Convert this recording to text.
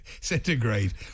Centigrade